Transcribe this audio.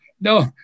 no